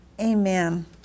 Amen